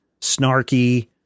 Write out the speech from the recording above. snarky